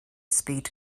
speed